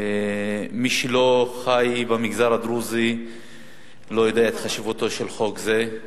מי שלא חי במגזר הדרוזי לא יודע את חשיבותו של חוק זה,